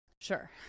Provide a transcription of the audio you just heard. Sure